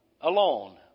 alone